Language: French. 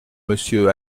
monsieur